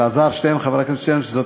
אלעזר שטרן, חבר הכנסת שטרן, שזאת